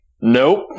nope